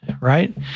right